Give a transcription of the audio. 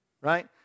Right